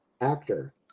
actor